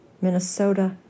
Minnesota